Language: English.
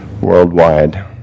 worldwide